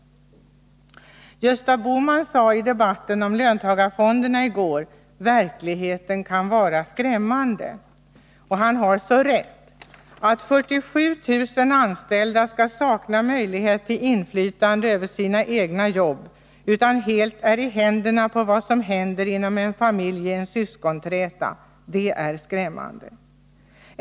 Gösta Bohman sade i debatten om löntagarfonderna i går: ”Verkligheten kan vara skrämmande.” Han har så rätt. Att 47 000 anställda skall sakna möjlighet till inflytande över sina egna jobb och helt vara i händerna på vad som händer inom en familj i en syskonträta är skrämmande.